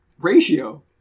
ratio